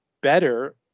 better